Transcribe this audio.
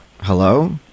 Hello